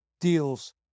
deals